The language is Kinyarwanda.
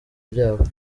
byabo